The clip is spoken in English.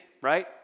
right